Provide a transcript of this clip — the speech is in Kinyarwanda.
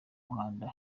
muhanda